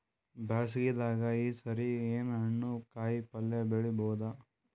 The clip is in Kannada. ಬ್ಯಾಸಗಿ ದಾಗ ಈ ಸರಿ ಏನ್ ಹಣ್ಣು, ಕಾಯಿ ಪಲ್ಯ ಬೆಳಿ ಬಹುದ?